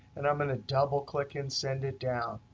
and i'm going a double click and send it down.